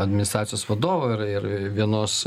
administracijos vadovo ir ir vienos